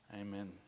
Amen